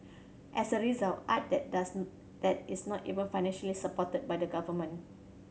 as a result art that does that is not even financially supported by the government